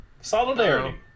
Solidarity